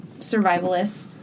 survivalists